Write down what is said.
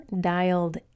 dialed